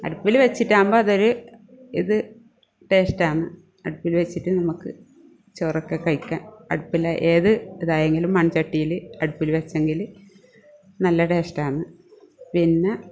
അടുപ്പിൽ വച്ചിട്ടാകുമ്പം അതൊരു ഇത് ടേസ്റ്റാണ് അടുപ്പിൽ വച്ചിട്ട് നമ്മൾക്ക് ചോറൊക്കെ കഴിക്കാൻ അടുപ്പിലെ ഏത് ഇതായെങ്കിലും മൺ ചട്ടിയിൽ അടുപ്പിൽ വച്ചെങ്കിൽ നല്ല ടേസ്റ്റാണ് പിന്നെ